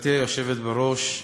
גברתי היושבת בראש,